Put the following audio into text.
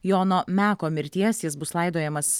jono meko mirties jis bus laidojamas